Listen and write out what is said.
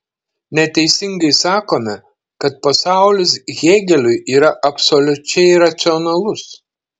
neteisingai sakome kad pasaulis hėgeliui yra absoliučiai racionalus